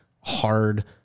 hard